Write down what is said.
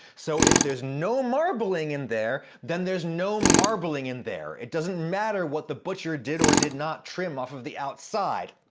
so if there's no marbling in there, then there's no marbling in there. it doesn't matter what the butcher did or did not trim off of the outside.